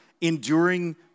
enduring